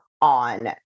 on